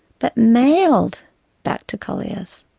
but mailed back to collier's.